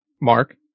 Mark